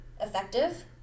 effective